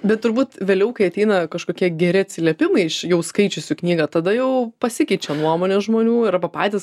bet turbūt vėliau kai ateina kažkokie geri atsiliepimai iš jau skaičiusių knygą tada jau pasikeičia nuomonė žmonių arba patys